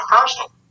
personal